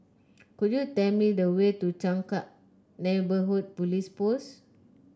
could you tell me the way to Changkat Neighbourhood Police Post